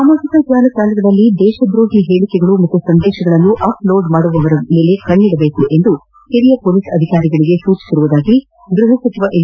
ಸಾಮಾಜಿಕ ಜಾಲತಾಣಗಳಲ್ಲಿ ದೇಶದ್ರೋಹಿ ಹೇಳಿಕೆಗಳು ಮತ್ತು ಸಂದೇಶಗಳನ್ನು ಅಪ್ಲೋಡ್ ಮಾಡುವವರ ಮೇಲೆ ಕಣ್ಣಿಡುವಂತೆ ಹಿರಿಯ ಪೊಲೀಸ್ ಅಧಿಕಾರಿಗಳಿಗೆ ಸೂಚಿಸಿರುವುದಾಗಿ ಗೃಹ ಸಚಿವ ಎಂ